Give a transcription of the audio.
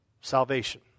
salvation